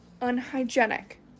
unhygienic